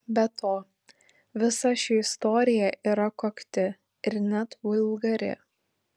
be to visa ši istorija yra kokti ir net vulgari